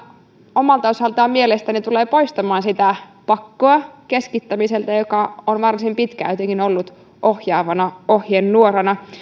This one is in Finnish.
omalta osaltaan mielestäni tulee poistamaan sitä pakkoa keskittämiselle joka on varsin pitkään jotenkin ollut ohjaavana ohjenuorana